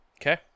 Okay